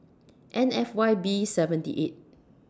N F Y B seventy eight